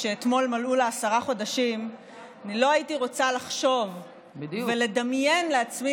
שאתמול מלאו לה עשרה חודשים אני לא הייתי רוצה לחשוב ולדמיין לעצמי